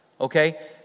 Okay